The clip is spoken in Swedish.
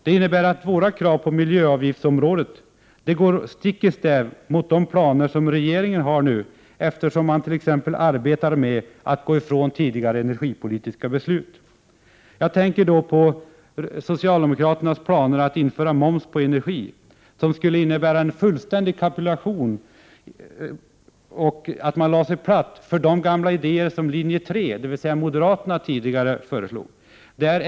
Det innebär att våra krav på miljöavgiftsområdet går stick i stäv med de planer som regeringen har nu, eftersom man t.ex. arbetar med att gå ifrån tidigare energipolitiska beslut. Jag tänker då på socialdemokraternas planer att införa moms på energi, vilket skulle innebära en fullständig kapitulation, att man lägger sig platt för de gamla idéer som linje 1, dvs. moderaterna, tidigare föreslog.